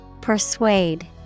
Persuade